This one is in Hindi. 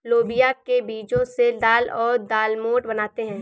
लोबिया के बीजो से दाल और दालमोट बनाते है